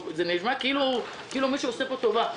זה נשמע כאילו מישהו עושה פה טובה.